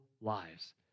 lives